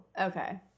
Okay